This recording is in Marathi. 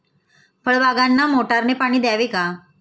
फळबागांना मोटारने पाणी द्यावे का?